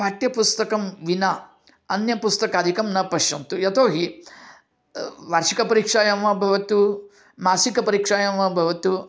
पाठ्यपुस्तकं विना अन्यपुस्तकादिकं न पश्यन्तु यतोहि वार्षिकपरीक्षायां वा भवतु मासिकपरीक्षायां वा भवतु